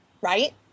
Right